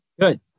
Good